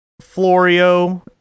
Florio